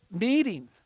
meeting